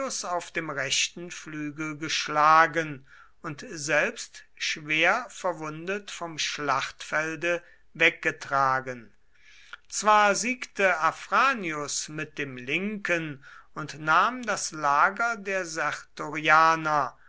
auf dem rechten flügel geschlagen und selbst schwer verwundet vom schlachtfelde weggetragen zwar siegte afranius mit dem linken und nahm das lager der